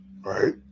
right